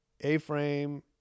A-Frame